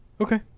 okay